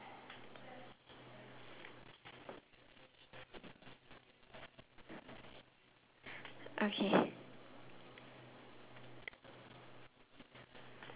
okay